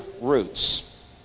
roots